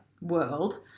world